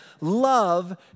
love